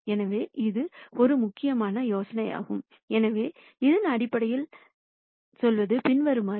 எனவே இது ஒரு முக்கியமான யோசனையாகும் எனவே இதன் அடிப்படையில் சொல்வது பின்வருமாறு